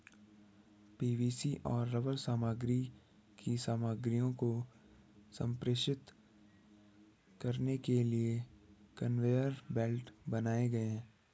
PVC और rubber सामग्री की सामग्रियों को संप्रेषित करने के लिए कन्वेयर बेल्ट बनाए गए हैं